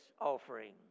offering